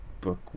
book